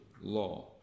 law